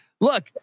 look